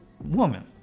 woman